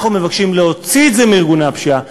אנחנו מבקשים להוציא את זה מארגוני הפשיעה,